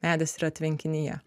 medis yra tvenkinyje